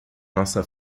nossa